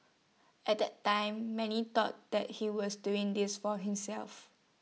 at that time many thought that he was doing this for himself